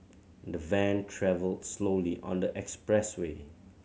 the van travelled slowly on the expressway